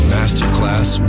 Masterclass